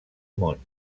món